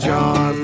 John